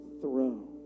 throne